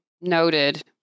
noted